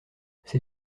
ces